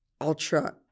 ultra